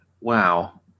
wow